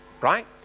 Right